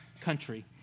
country